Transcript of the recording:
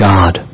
God